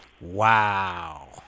Wow